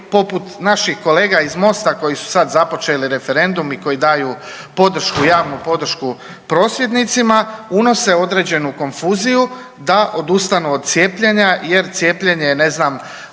poput naših kolega iz Mosta koji su sad započeli referendum i koji daju podršku, javnu podršku prosvjednicima, unose određenu konfuziju da odustanu od cijepljenja jer cijepljenje je ne znam